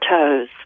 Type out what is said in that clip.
toes